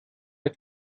hat